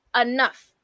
enough